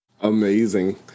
Amazing